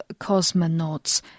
cosmonauts